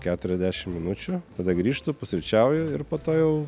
keturiasdešim minučių tada grįžtu pusryčiauju ir po to jau